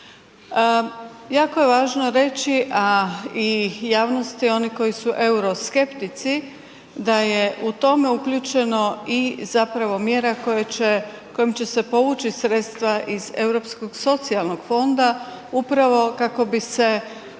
Jako je važno reći a i javnosti, oni koji su euroskeptici, da je u tome uključeno i zapravo mjera kojom će se povući sredstva iz Europskog socijalnog fonda upravo kako bi se